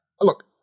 Look